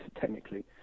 technically